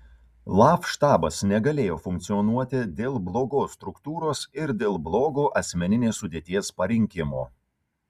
laf štabas negalėjo funkcionuoti dėl blogos struktūros ir dėl blogo asmeninės sudėties parinkimo